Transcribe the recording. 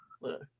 Look